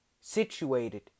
situated